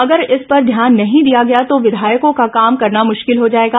अगर इस पर ध्यान नहीं दिया गया तो विधायकों का काम करना मुश्किल हो जाएगा